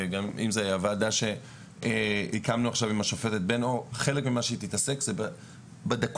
הוועדה שהקמנו עכשיו עם השופטת בן-אור תתעסק גם בדקויות.